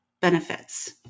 benefits